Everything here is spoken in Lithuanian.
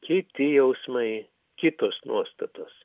kiti jausmai kitos nuostatos